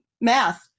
math